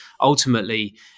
ultimately